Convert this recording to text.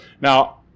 Now